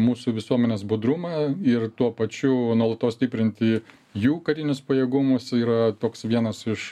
mūsų visuomenės budrumą ir tuo pačiu nuolatos stiprinti jų karinius pajėgumus yra toks vienas iš